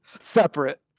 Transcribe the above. separate